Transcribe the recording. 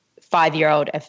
five-year-old